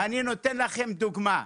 ואני נותן לכם דוגמה.